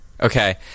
Okay